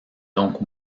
donc